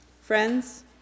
Friends